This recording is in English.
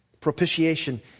propitiation